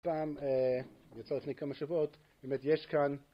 פעם, יצאה לפני כמה שבועות, באמת יש כאן.